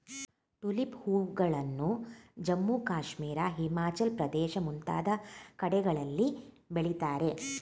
tulip ಹೂಗಳನ್ನು ಜಮ್ಮು ಕಾಶ್ಮೀರ, ಹಿಮಾಚಲ ಪ್ರದೇಶ ಮುಂತಾದ ಕಡೆಗಳಲ್ಲಿ ಬೆಳಿತಾರೆ